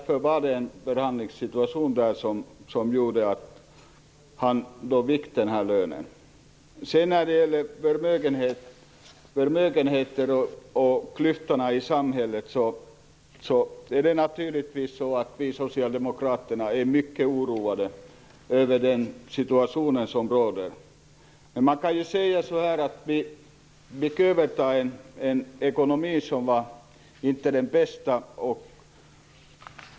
Det var en förhandlingssituation, och det gjorde att han fick denna lön. När det gäller förmögenheter och klyftorna i samhället är vi socialdemokrater naturligtvis mycket oroade över den situation som råder. Vi fick överta en ekonomi som inte var den bästa.